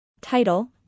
Title